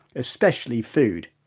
especially food.